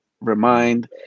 Remind